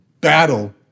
battle